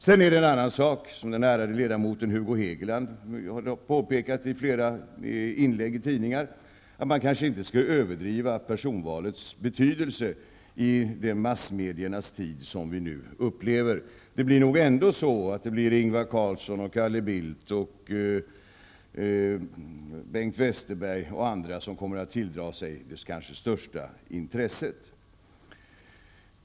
Sedan är det en annan sak, som den ärade ledamoten Hugo Hegeland har påpekat i flera inlägg i tidningar. Man kanske inte skall överdriva personvalets betydelse i den massmediernas tid som vi nu upplever. Det blir nog ändå Ingvar Carlsson, Calle Bildt, Bengt Westerberg och andra som kommer att tilldra sig det största intresset.